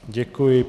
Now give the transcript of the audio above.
Děkuji.